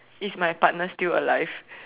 is my partner still alive